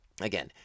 Again